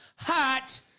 Hot